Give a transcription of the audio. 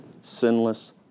sinless